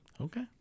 Okay